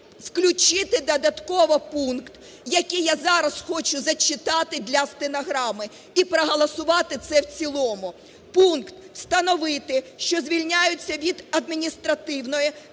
включити додатково пункт, який я зараз хочу зачитати для стенограми, і проголосувати це в цілому. Пункт: "Встановити, що звільняються від адміністративної та